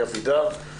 סונדוס סאלח ואלי אבידר.